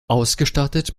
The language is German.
ausgestattet